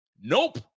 Nope